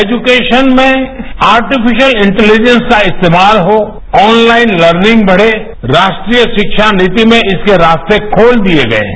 education में artificial intelligence का इस्तेमाल हो ऑनलाइन लर्निंग बदे राष्ट्रीय शिक्षा नीति में इसके रास्ते खोल दिये गये है